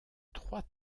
trois